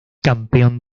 campeón